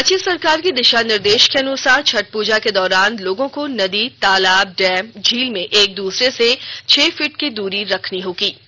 राज्य सरकार के दिशा निर्देश के अनुसार छठ पूजा के दौरान लोगों को नदी तालाब डैम झील में एक दूसरे से छह फीट की रखनी होगी दूरी